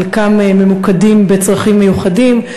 חלקם ממוקדים בצרכים מיוחדים,